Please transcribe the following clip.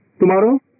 Tomorrow